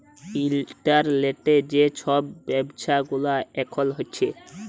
ইলটারলেটে যে ছব ব্যাব্ছা গুলা এখল হ্যছে